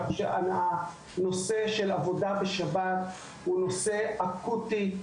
הנושא של עבודה בשבת הוא אקוטי.